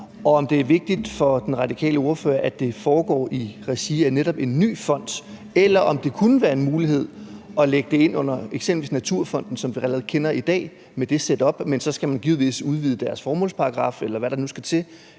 Og er det vigtigt for den radikale ordfører, at det foregår i regi af netop en ny fond, eller kunne det være en mulighed at lægge det ind under eksempelvis Naturfonden med det setup, vi allerede kender i dag – så skal man givetvis udvide deres formålsparagraf, eller hvad der nu skal til